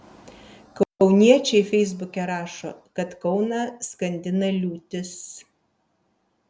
kauniečiai feisbuke rašo kad kauną skandina liūtis